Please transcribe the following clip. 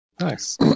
Nice